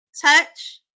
touch